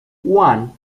one